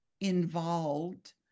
involved